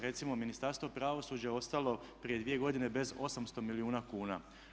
Recimo Ministarstvo pravosuđa je ostalo prije dvije godine bez 800 milijuna kuna.